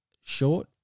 short